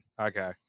Okay